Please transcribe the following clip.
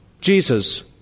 Jesus